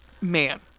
man